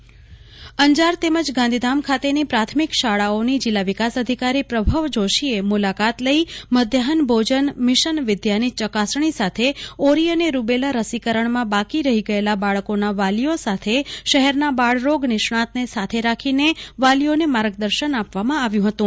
શાળાઓમાં રસીકરણ અંગે માર્ગદર્શન અંજાર તેમજ ગાંધીધામખાતેની પ્રાથમિક શાળાઓની જિલ્લા વિકાસ અધિકારી પ્રભવ જોષીએ મુલાકાત લઈ મધ્યાહન ભોજન મિશન વિદ્યાની ચકાસણીસાથે ઓરી અને રૂબેલા રસીકરણમાં બાકી રહી ગયેલા બાળકોના વાલીઓ સાથે શહેરના બાળરોગ નિષ્ણાતને સાથે રાખીને વાલીઓને માર્ગદર્શન આપવામાં આવ્યું હતું